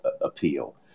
appeal